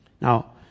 Now